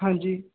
ਹਾਂਜੀ